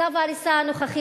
צו ההריסה הנוכחי,